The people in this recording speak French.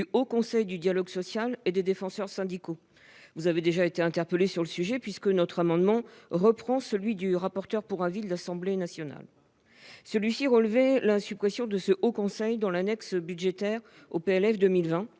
du Haut Conseil du dialogue social et des défenseurs syndicaux. Vous avez déjà été interpellée sur le sujet, madame la ministre, puisque cet amendement reprend celui du rapporteur pour avis de l'Assemblée nationale. Ce dernier relevait la suppression du Haut Conseil dans l'annexe budgétaire au projet